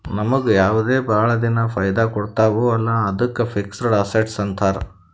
ನಮುಗ್ ಯಾವ್ದು ಭಾಳ ದಿನಾ ಫೈದಾ ಕೊಡ್ತಾವ ಅಲ್ಲಾ ಅದ್ದುಕ್ ಫಿಕ್ಸಡ್ ಅಸಸ್ಟ್ಸ್ ಅಂತಾರ್